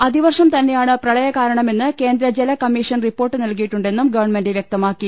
അതിവർഷം തന്നെയാണ് പ്രളയ കാരണമെന്ന് കേന്ദ്ര ജല കമ്മീഷൻ റിപ്പോർട്ട് നൽകിയിട്ടു ണ്ടെന്നും ഗവൺമെന്റ് വൃക്തമാക്കി